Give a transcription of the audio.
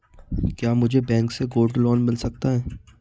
क्या मुझे बैंक से गोल्ड लोंन मिल सकता है?